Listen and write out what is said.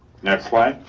next slide.